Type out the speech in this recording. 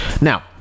Now